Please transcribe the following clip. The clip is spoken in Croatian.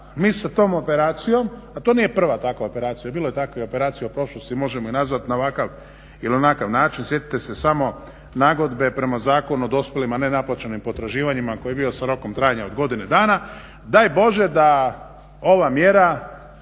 mi sa tom operacijom a to nije prva takva operacija bilo je takvih operaciju u prošlosti. Možemo je nazvati na ovakav ili onakav način, sjetite se samo nagodbe prema Zakonu o dospjelima a ne naplaćenim potraživanjima koji je bio s rokom trajanja od godine dana. Daj Bože da ova mjera